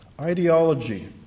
ideology